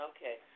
Okay